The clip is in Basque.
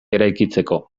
eraikitzeko